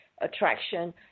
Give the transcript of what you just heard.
attraction